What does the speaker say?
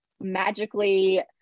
magically